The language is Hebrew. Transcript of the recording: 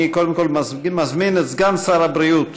אני קודם כול מזמין את סגן שר הבריאות